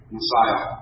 Messiah